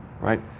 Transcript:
right